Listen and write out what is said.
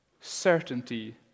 certainty